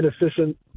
inefficient